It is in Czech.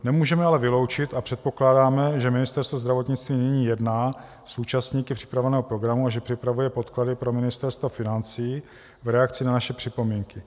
Nemůžeme ale vyloučit a předpokládáme, že Ministerstvo zdravotnictví nyní jedná s účastníky připravovaného programu a že připravuje podklady pro Ministerstvo financí v reakci na naše připomínky.